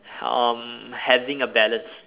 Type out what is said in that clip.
um having a balance